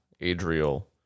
Adriel